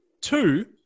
Two